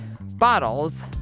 bottles